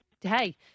Hey